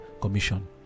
commission